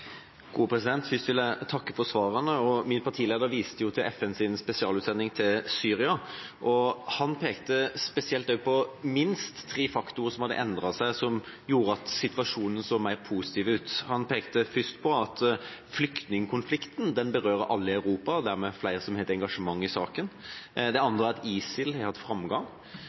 vil jeg takke for svarene. Min partileder viste til FNs spesialutsending til Syria, og han pekte spesielt på minst tre faktorer som hadde endret seg, og som gjorde at situasjonen så mer positiv ut. Han pekte først på at flyktningkonflikten berører alle i Europa, og dermed er det flere som har et engasjement i saken. Det